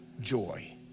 joy